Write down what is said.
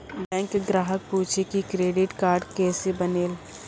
Bank ग्राहक पुछी की क्रेडिट कार्ड केसे बनेल?